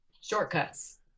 shortcuts